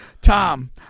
Tom